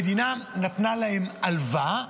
המדינה נתנה להם הלוואה?